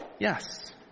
Yes